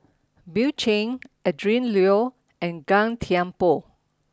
Bill Chen Adrin Loi and Gan Thiam Poh